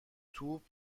توپ